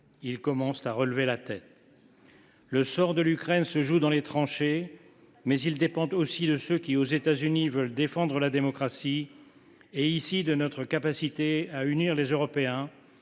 Ils commencent à relever la tête… Le sort de l’Ukraine se joue dans les tranchées, mais il dépend aussi de ceux qui, aux États Unis, veulent défendre la démocratie et, ici, de notre capacité à unir les Européens,